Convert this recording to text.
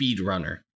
speedrunner